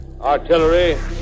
Artillery